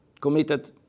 committed